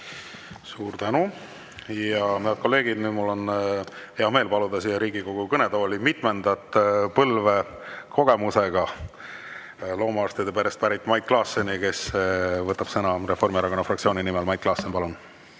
Aitäh! Head kolleegid, nüüd on mul hea meel paluda siia Riigikogu kõnetooli mitme põlve kogemusega loomaarstide perest pärit Mait Klaasseni, kes võtab sõna Reformierakonna fraktsiooni nimel. Mait Klaassen, palun!